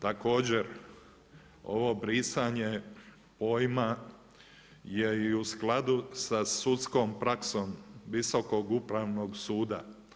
Također, ovo brisanje pojma je i u skladu sa sudskom praksom Visokog upravnog suda.